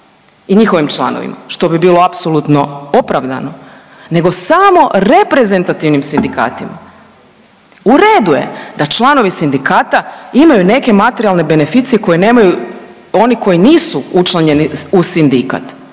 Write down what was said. i njihovim članovima što bi bilo apsolutno opravdano, nego samo reprezentativnim sindikatima. U redu je da članovi sindikata imaju neke materijalni beneficije koje nemaju oni koji nisu učlanjeni u sindikat.